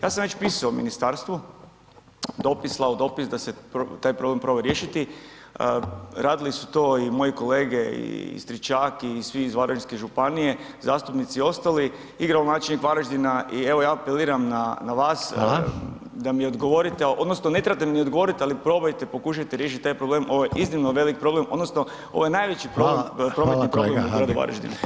Ja sam već pisao ministarstvu dopis, slao dopis da se taj problem proba riješiti, radili su to i moji kolege i Stričak i svi iz Varaždinske županije, zastupnici i ostali, i gradonačelnik Varaždina i evo ja apeliram na, na vas [[Upadica: Hvala]] da mi odgovorite odnosno ne trebate mi ni odgovorit, ali probajte, pokušajte riješit ovaj problem, ovo je iznimno velik problem odnosno ovo je najveći [[Upadica: Hvala]] problem prometni … [[Govornik se ne razumije]] [[Upadica: Hvala, hvala kolega Habek]] u Varaždinu.